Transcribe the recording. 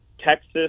Texas